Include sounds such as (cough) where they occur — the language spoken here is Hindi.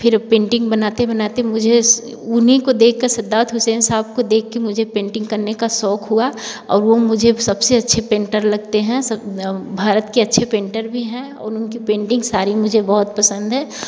फिर पेंटिंग बनाते बनाते मुझे उन्हीं को देखकर सिद्धार्थ हुसैन साहब को देख के मुझे पेंटिंग करने का शौक हुआ और वह मुझे सबसे अच्छे पेंटर लगते हैं सब (unintelligible) भारत के अच्छे पेंटर भी है उन उनकी पेंटिंग सारी मुझे बहुत पसंद है